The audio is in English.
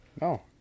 No